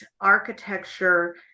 architecture